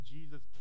Jesus